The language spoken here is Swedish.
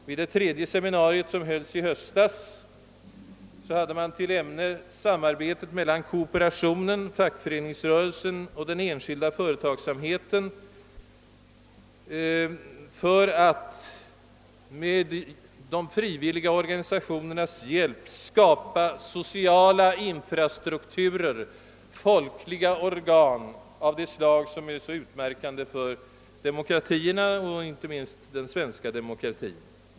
Vid det tredje seminariet, som hölls i höstas, hade man till ämne samarbetet om u-landsbistånd mellan kooperationen, fackföreningsrörelsen och den enskilda företagsamheten bl.a. för att i u-länder med de frivilliga organisationernas hjälp skapa vad man kallat sociala infrastrukturer, d. v. s. folkliga organ och föreningar av det slag som är så typiska för demokratierna och inte minst för den svenska demokratin.